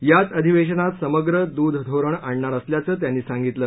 याच अधिवेशनात समग्र दूध धोरण आणणार असल्याचं त्यांनी सांगितलं